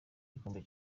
gikombe